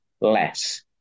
less